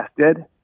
tested